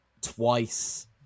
twice